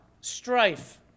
Strife